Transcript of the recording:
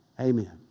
Amen